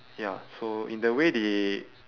ya so in the way they